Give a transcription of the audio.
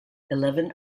eleven